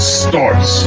starts